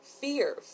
Fear